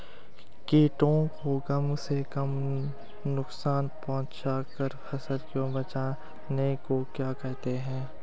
कीटों को कम से कम नुकसान पहुंचा कर फसल को बचाने को क्या कहते हैं?